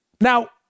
Now